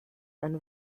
and